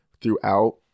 throughout